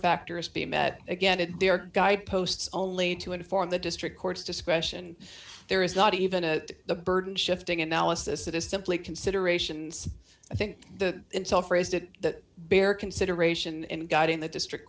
factors be met again in their guideposts only to inform the district court's discretion there is not even to the burden shifting analysis that is simply considerations i think the intel phrased it that bear consideration in guiding the district